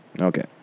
Okay